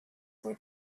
were